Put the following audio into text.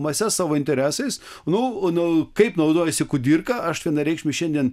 mases savo interesais nu nu kaip naudojasi kudirka aš vienareikšmiai šiandien